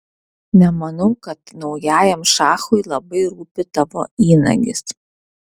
nemanau kad naujajam šachui labai rūpi tavo įnagis